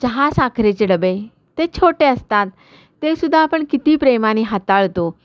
चहा साखरेचे डबे ते छोटे असतात तेसुद्धा आपण किती प्रेमाने हाताळतो